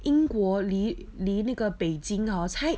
英国离离那个北京 hor 才